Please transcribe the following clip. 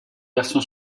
version